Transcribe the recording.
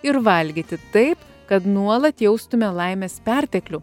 ir valgyti taip kad nuolat jaustume laimės perteklių